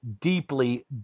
deeply